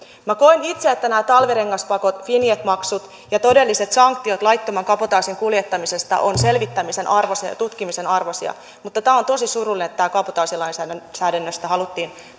koen itse että nämä talvirengaspakot vinjet maksut ja todelliset sanktiot laittoman kabotaasin kuljettamisesta ovat selvittämisen arvoisia ja tutkimisen arvoisia mutta on tosi surullista että kabotaasilainsäädännöstä haluttiin